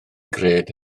gred